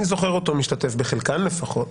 אני זוכר אותו משתתף בחלקן לפחות.